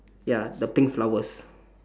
ya the pink flowers